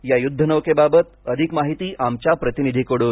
या युद्धनौकेबाबत अधिक माहिती आमच्या प्रतिनिधीकडून